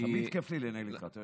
תמיד כיף לי לנהל איתך דיון.